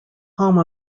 home